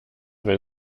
wenn